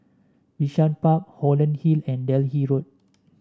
Bishan Park Holland Hill and Delhi Road